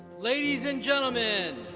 ladies and gentlemen,